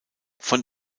von